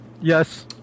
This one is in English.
yes